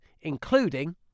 including